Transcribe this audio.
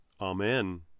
Amen